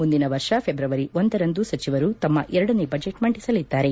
ಮುಂದಿನ ವರ್ಷ ಫೆಬ್ರವರಿ ಒಂದರಂದು ಸಚಿವರು ತಮ್ಮ ಎರಡನೇ ಬಜೆಟ್ ಮಂದಿಸಲಿದ್ದಾರೆ